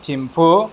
Thimphu